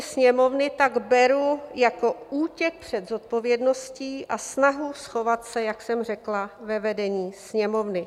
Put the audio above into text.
Sněmovny tak beru jako útěk před zodpovědností a snahu schovat se, jak jsem řekla, ve vedení Sněmovny.